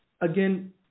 again